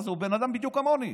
מה זה, הוא בן אדם בדיוק כמוני.